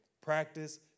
practice